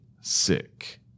sick